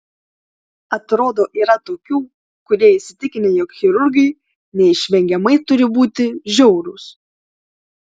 atrodo yra tokių kurie įsitikinę jog chirurgai neišvengiamai turi būti žiaurūs